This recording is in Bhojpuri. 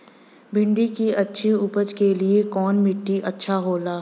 भिंडी की अच्छी उपज के लिए कवन मिट्टी अच्छा होला?